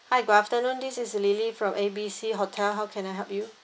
hi good afternoon this is lily from A B C hotel how can I help you